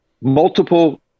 multiple